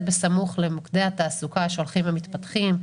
בסמוך למוקדי התעסוקה שהולכים ומתפתחים,